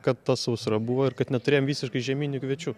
kad ta sausra buvo ir kad neturėjom visiškai žieminių kviečių